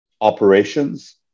operations